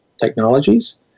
Technologies